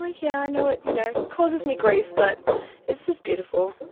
like yeah, i know, it you know causes me grief but it's just beautiful,